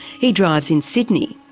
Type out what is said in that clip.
he drives in sydney,